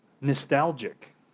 nostalgic